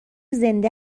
زنده